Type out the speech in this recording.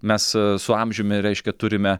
mes su amžiumi reiškia turime